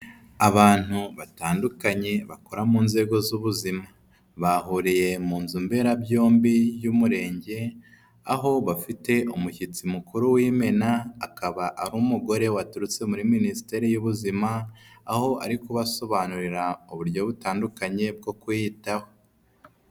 Abantu batandukanye bakora mu nzego z'ubuzima bahuye mu nzu mberabyombi y'umurenge aho bafite umushyitsi mukuru w'imena, akaba ari umugore waturutse muri minisiteri y'ubuzima, aho ari kubasobanurira uburyo butandukanye bwo kwiyitaho.